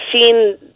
seen